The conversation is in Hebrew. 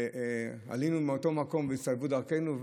עלינו מאותו מקום והצטלבו דרכינו,